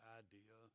idea